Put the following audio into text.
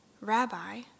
Rabbi